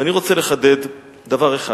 ואני רוצה לחדד דבר אחד.